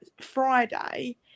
Friday